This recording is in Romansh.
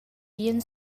bien